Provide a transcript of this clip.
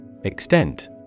Extent